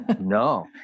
No